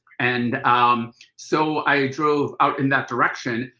and um so i drove out in that direction.